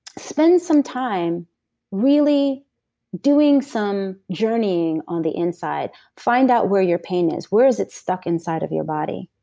spend some time really doing some journeying on the inside. find out where your pain is. where is it stuck inside of your body?